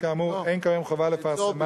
שכאמור אין כיום חובה לפרסמן,